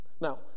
Now